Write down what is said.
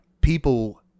People